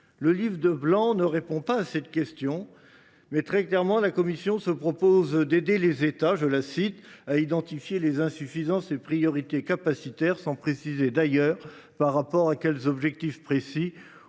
Le livre blanc ne répond pas formellement à cette question, mais, très clairement, la Commission se propose d’aider les États à identifier les insuffisances et priorités capacitaires, sans préciser d’ailleurs par rapport à quels objectifs précis,